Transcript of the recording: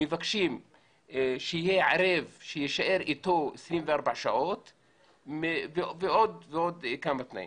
מבקשים שיהיה ערב שיישאר אתם 24 שעות ביממה ועוד כמה תנאים.